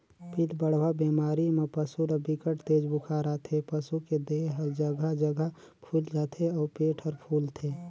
पिलबढ़वा बेमारी म पसू ल बिकट तेज बुखार आथे, पसू के देह हर जघा जघा फुईल जाथे अउ पेट हर फूलथे